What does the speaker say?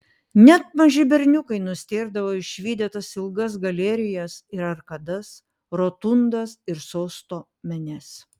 net maži berniukai nustėrdavo išvydę tas ilgas galerijas ir arkadas rotundas ir sosto menes